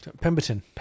Pemberton